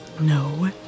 no